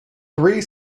three